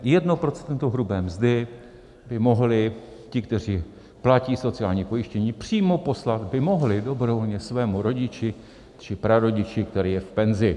Jedno procento hrubé mzdy by mohli ti, kteří platí sociální pojištění, přímo poslat by mohli dobrovolně svému rodiči či prarodiči, který je v penzi.